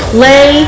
Play